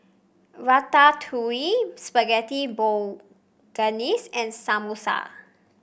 Ratatouille Spaghetti Bolognese and Samosa